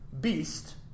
beast